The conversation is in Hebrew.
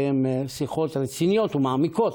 כאמור, אין הסתייגויות או בקשות דיבור,